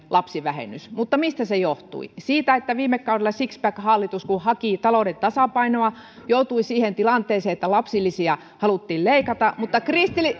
lapsivähennys mutta mistä se johtui siitä että viime kaudella kun sixpack hallitus haki talouden tasapainoa se joutui siihen tilanteeseen että lapsilisiä haluttiin leikata mutta